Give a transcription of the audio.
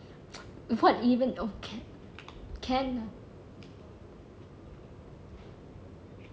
what even of ca~ can